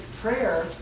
prayer